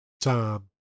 Tom